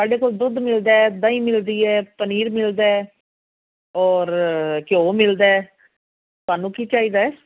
ਸਾਡੇ ਕੋਲ ਦੁੱਧ ਮਿਲਦਾ ਦਹੀਂ ਮਿਲਦੀ ਹੈ ਪਨੀਰ ਮਿਲਦਾ ਔਰ ਘਿਓ ਮਿਲਦਾ ਤੁਹਾਨੂੰ ਕੀ ਚਾਹੀਦਾ